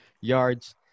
yards